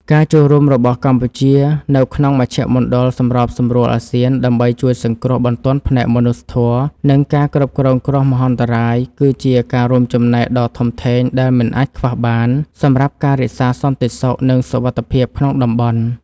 ការចូលរួមរបស់កម្ពុជានៅក្នុងមជ្ឈមណ្ឌលសម្របសម្រួលអាស៊ាន ដើម្បីជួយសង្គ្រោះបន្ទាន់ផ្នែកមនុស្សធម៌ និងការគ្រប់គ្រងគ្រោះមហន្តរាយ គឺជាការរួមចំណែកដ៏ធំធេងដែលមិនអាចខ្វះបាន សម្រាប់ការរក្សាសន្តិសុខ និងសុវត្ថិភាពក្នុងតំបន់។